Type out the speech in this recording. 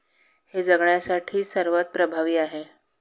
हे जगण्यासाठी सर्वात प्रभावी आहे